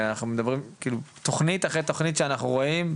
אנחנו מדברים תוכנית אחרי תוכנית שאנחנו רואים,